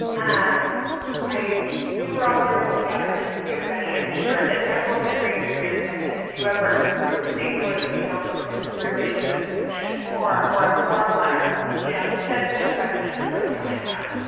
um if we were all in a room together and i could see everybody, i'm sure that everyone would raise their hand if i said, have you ever you know received one of those emails and clicked through, and it was a petition or or a form letter you know to send to the president or something like that?